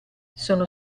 sono